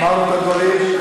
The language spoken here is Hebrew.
אמרנו את הדברים.